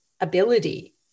ability